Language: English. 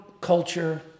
culture